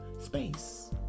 space